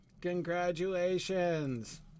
congratulations